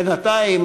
בינתיים,